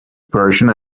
persian